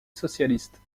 socialiste